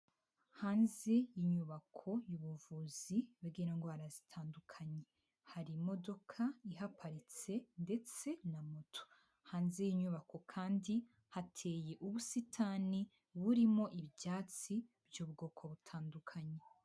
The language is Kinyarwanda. Hanze y'inyubako y'ubuvuzi bw'indwara zitandukanye, hari imodoka ihaparitse ndetse na moto. Hanze y'inyubako kandi hateye ubusitani burimo ibyatsi by'ubwoko butandukanye.